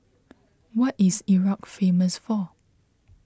what is Iraq famous for